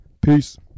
Peace